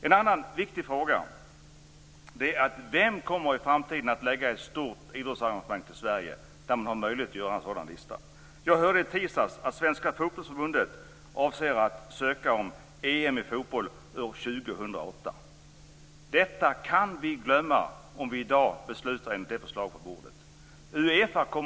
En annan viktig fråga är vem som i framtiden kommer att förlägga ett stort idrottsarrangemang till Sverige, om man har möjlighet att göra en sådan lista. Jag hörde i tisdags att Svenska Fotbollförbundet avser att ansöka om EM i fotboll år 2008. Detta kan vi glömma om vi i dag beslutar enligt det förslag som ligger på bordet.